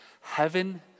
heaven